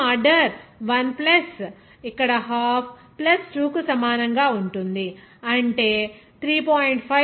అప్పుడు మొత్తం ఆర్డర్ 1 ఇక్కడ హాఫ్ 2 కు సమానంగా ఉంటుంది అంటే 3